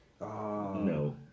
No